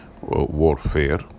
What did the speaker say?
warfare